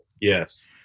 Yes